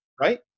Right